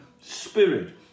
spirit